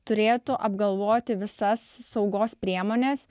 turėtų apgalvoti visas saugos priemones